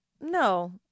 no